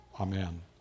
Amen